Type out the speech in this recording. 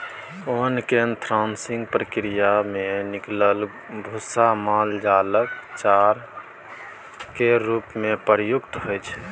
ओन केर थ्रेसिंग प्रक्रिया मे निकलल भुस्सा माल जालक चारा केर रूप मे प्रयुक्त होइ छै